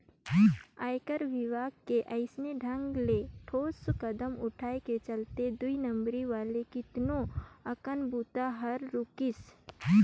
आयकर विभाग के अइसने ढंग ले ठोस कदम उठाय के चलते दुई नंबरी वाला केतनो अकन बूता हर रूकिसे